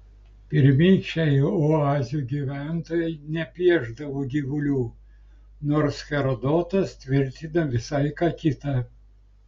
pirmykščiai oazių gyventojai nepiešdavo gyvulių nors herodotas tvirtina visai ką kita